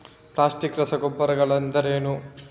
Plastic ರಸಗೊಬ್ಬರಗಳೆಂದರೇನು?